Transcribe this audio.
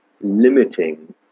limiting